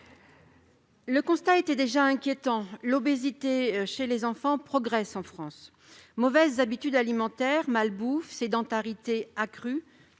le constat était déjà inquiétant : l'obésité chez les enfants progresse en France. Mauvaises habitudes alimentaires, malbouffe, sédentarité accrue